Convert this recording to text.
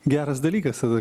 geras dalykas tada